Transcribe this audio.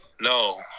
No